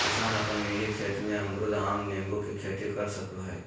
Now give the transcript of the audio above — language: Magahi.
किसान अपन निजी खेत में अमरूद, आम, नींबू के खेती कर सकय हइ